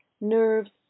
nerves